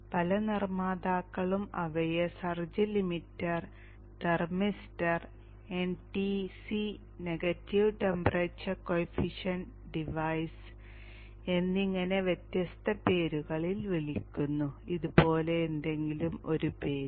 പല നിർമ്മാതാക്കളും അവയെ surge limiter thermistor NTC negative temperature coefficient device എന്നിങ്ങനെ വ്യത്യസ്ത പേരുകളിൽ വിളിക്കുന്നു ഇതുപോലുള്ള എന്തെങ്കിലും ഒരു പേര്